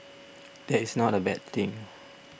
that is not a bad thing